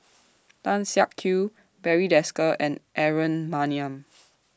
Tan Siak Kew Barry Desker and Aaron Maniam